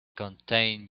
contain